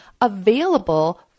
available